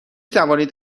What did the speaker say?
توانید